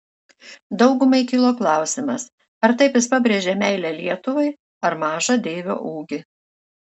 daugumai kilo klausimas ar taip jis pabrėžė meilę lietuvai ar mažą deivio ūgį